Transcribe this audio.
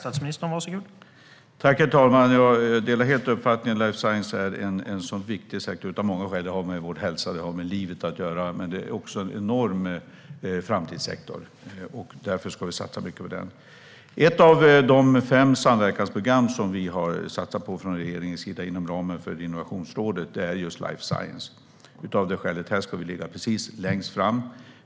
Herr talman! Jag delar helt uppfattningen att life science av många skäl är en viktig sektor. Det har med hälsa och livet att göra, och det är en enorm framtidssektor. Därför ska vi satsa mycket på den. Ett av de fem samverkansprogram som vi har satsat på från regeringens sida inom ramen för Innovationsrådet är life science. Här ska Sverige ligga precis längst fram.